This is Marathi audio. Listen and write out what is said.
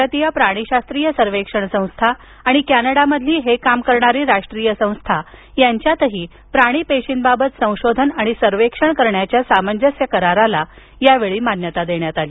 भारतीय प्राणीशास्त्रीय सर्वेक्षण संस्था आणि कॅनडामधील हे काम करणारी राष्ट्रीय संस्था यांच्यातही प्राणीपेशीबाबत संशोधन आणि सर्वेक्षण करण्याच्या सामंजस्य करारासही यावेळी मान्यता देण्यात आली